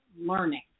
learning